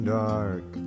dark